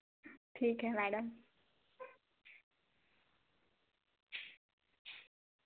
ठीक है मैडम